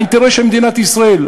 לאינטרס של מדינת ישראל,